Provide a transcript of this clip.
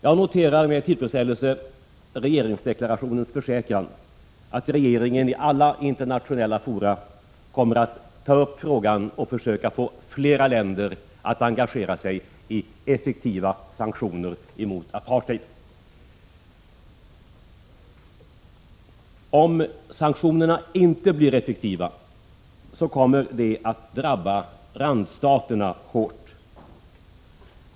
Jag noterade med tillfredsställelse regeringsdeklarationens försäkran att regeringen i alla internationella fora kommer att ta upp frågan och försöka få flera länder att engagera sig i effektiva sanktioner mot apartheid. Om sanktionerna inte blir effektiva kommer det att drabba randstaterna hårt.